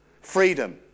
Freedom